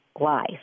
life